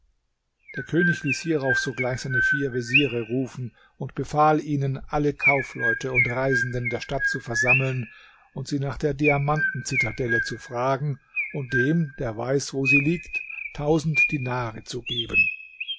der könig ließ hierauf sogleich seine vier veziere rufen und befahl ihnen alle kaufleute und reisenden der stadt zu versammeln und sie nach der diamanten zitadelle zu fragen und dem der weiß wo sie liegt tausend dinare zu geben